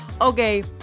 Okay